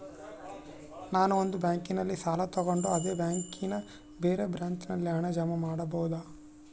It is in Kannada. ನಾನು ಒಂದು ಬ್ಯಾಂಕಿನಲ್ಲಿ ಸಾಲ ತಗೊಂಡು ಅದೇ ಬ್ಯಾಂಕಿನ ಬೇರೆ ಬ್ರಾಂಚಿನಲ್ಲಿ ಹಣ ಜಮಾ ಮಾಡಬೋದ?